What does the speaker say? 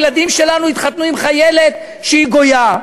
הילדים שלנו יתחתנו עם חיילת שהיא גויה?